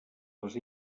les